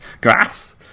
grass